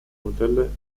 modelle